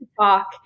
talk